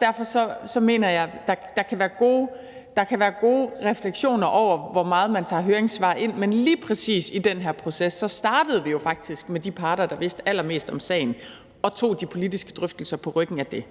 Derfor mener jeg, at der kan være gode refleksioner over, hvor meget man tager høringssvar ind, men lige præcis i den her proces startede vi jo faktisk med de parter, der vidste allermest om sagen, og tog de politiske drøftelser på ryggen af det.